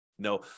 No